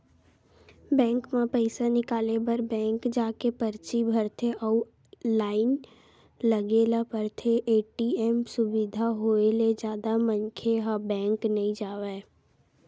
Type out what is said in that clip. bank म पइसा निकाले बर बेंक जाके परची भरथे अउ लाइन लगे ल परथे, ए.टी.एम सुबिधा होय ले जादा मनखे ह बेंक नइ जावय